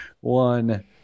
one